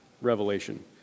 revelation